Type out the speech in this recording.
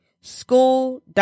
school